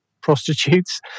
prostitutes